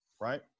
right